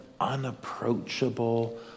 unapproachable